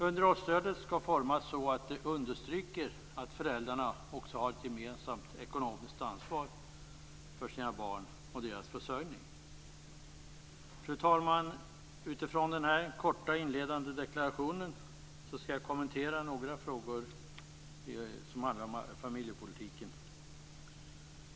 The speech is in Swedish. Underhållsstödet skall utformas så att det understryker att föräldrarna också har ett gemensamt ekonomiskt ansvar för sina barn och deras försörjning. Fru talman! Utifrån denna korta inledande deklaration skall jag kommentera några frågor om familjepolitiken.